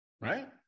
Right